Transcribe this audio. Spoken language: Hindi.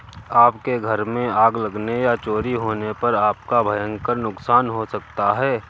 आपके घर में आग लगने या चोरी होने पर आपका भयंकर नुकसान हो सकता है